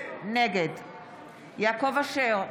נגד יעקב אשר,